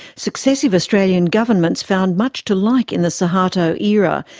successive australian governments found much to like in the suharto era,